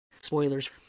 Spoilers